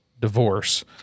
divorce